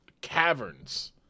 caverns